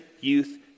youth